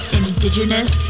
indigenous